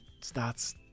starts